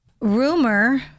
Rumor